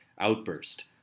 outburst